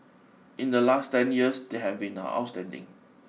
in the last ten years they have been outstanding